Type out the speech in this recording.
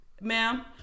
ma'am